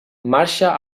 marxa